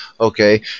Okay